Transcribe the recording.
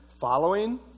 following